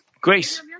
grace